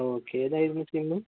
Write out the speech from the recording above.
okay ഏതായിരുന്നു ചെയ്യേണ്ടത്